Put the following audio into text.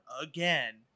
again